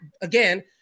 again